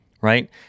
right